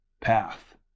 path